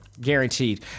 guaranteed